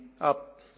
up